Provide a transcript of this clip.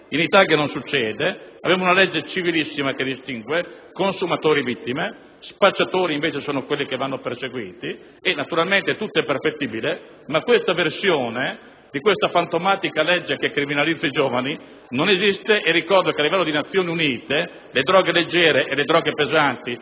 In Italia ciò non avviene: abbiamo una legge civilissima che distingue i consumatori, vittime, e gli spacciatori, che invece vanno perseguiti. Naturalmente tutto è perfettibile, ma questa versione di questa fantomatica legge che criminalizza i giovani non esiste. Ricordo che a livello di Nazioni Unite le droghe leggere e quelle pesanti